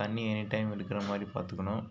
தண்ணி any time இருக்கிற மாதிரி பார்த்துக்கணும்